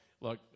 look